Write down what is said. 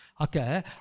Okay